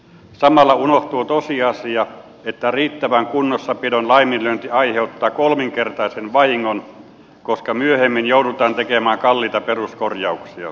samalla unohtuu tosiasia että riittävän kunnossapidon laiminlyönti aiheuttaa kolminkertaisen vahingon koska myöhemmin joudutaan tekemään kalliita peruskorjauksia